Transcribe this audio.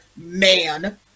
man